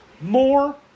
More